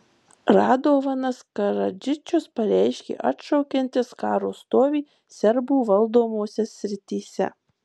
radovanas karadžičius pareiškė atšaukiantis karo stovį serbų valdomose srityse